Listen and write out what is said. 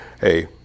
hey